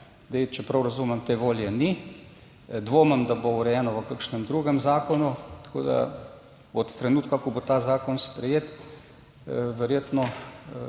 ali ne. Če prav razumem, te volje ni, dvomim, da bo urejeno v kakšnem drugem zakonu, tako da od trenutka, ko bo ta zakon sprejet, bo verjetno